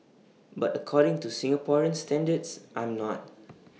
but according to Singaporean standards I'm not